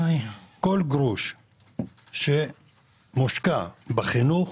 כל גרוש שמושקע בחינוך